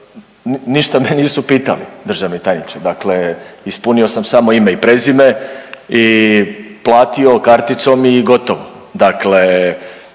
ništa me nisu pitali, državni tajniče, dakle, ispunio sam samo ime i prezime i platio karticom i gotovo. Dakle